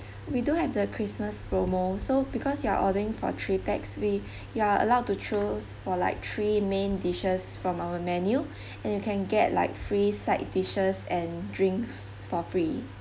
we do have the christmas promo so because you're ordering for three pax we you're allowed to choose for like three main dishes from our menu and you can get like free side dishes and drinks for free